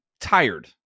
tired